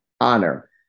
honor